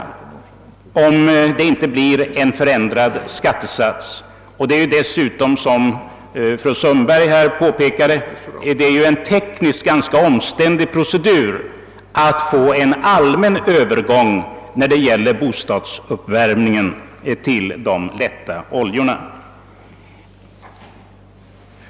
Denna övergång skulle underlättas av en förändrad skattesats. Det är dessutom, såsom fru Sundberg påpekat, en tekniskt ganska omständlig procedur att få till stånd en allmän övergång till de lätta oljorna i samband med bostadsuppvärmning.